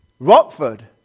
Rockford